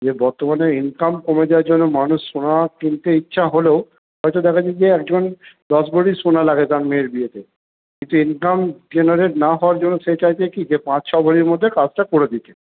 যে বর্তমানে ইনকাম কমে যাওয়ার জন্য মানুষ সোনা কিনতে ইচ্ছা হলেও হয়তো দেখা যায় যে একজন দশ ভরি সোনা লাগে তার মেয়ের বিয়েতে কিন্তু ইনকাম জেনারেট না হওয়ার জন্য সে চাইছে কী পাঁচ ছ ভরির মধ্যে কাজটা করে দিতে